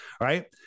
right